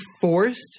forced